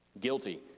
Guilty